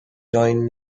joined